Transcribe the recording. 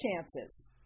chances